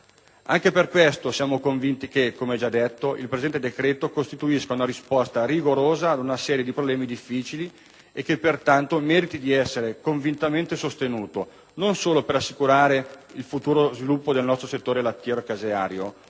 Anche per questo siamo convinti che, come già detto, il presente decreto costituisca una risposta rigorosa ad una serie di problemi difficili e che, pertanto, meriti di essere convintamente sostenuto, non solo per assicurare il futuro sviluppo del nostro settore lattiero-caseario,